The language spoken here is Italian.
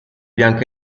bianco